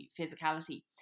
physicality